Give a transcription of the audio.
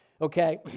Okay